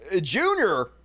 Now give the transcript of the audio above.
Junior